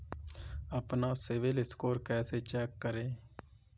अपना CIBIL score कैसे check करें?